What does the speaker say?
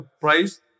price